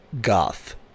goth